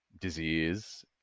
disease